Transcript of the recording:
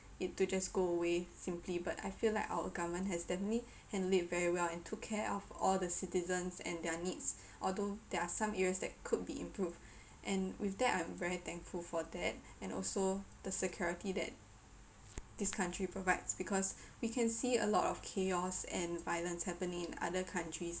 it to just go away simply but I feel like our government has definitely handled it very well and took care of all the citizens and their needs although there are some areas that could be improved and with that I'm very thankful for that and also the security that this country provides because we can see a lot of chaos and violence happening in other countries